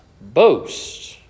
boast